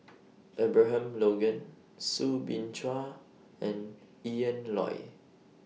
Abraham Logan Soo Bin Chua and Ian Loy